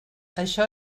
això